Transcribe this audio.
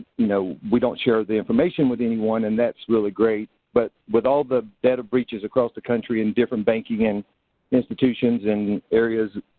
you know we don't share the information with anyone, and that's really great, but with all the data breaches across the country in different banking and institutions and areas,